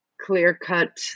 clear-cut